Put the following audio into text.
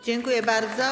Dziękuję bardzo.